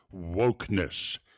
wokeness